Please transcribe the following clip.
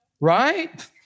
Right